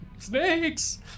Snakes